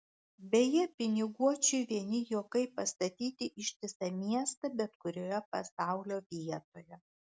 beje piniguočiui vieni juokai pastatyti ištisą miestą bet kurioje pasaulio vietoje